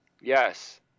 Yes